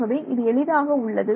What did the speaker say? ஆகவே இது எளிதாக உள்ளது